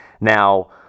now